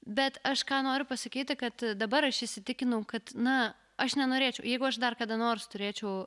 bet aš ką noriu pasikeisti kad dabar aš įsitikinau kad na aš nenorėčiau jeigu aš dar kada nors turėčiau